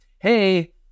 hey